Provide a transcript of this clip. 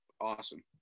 awesome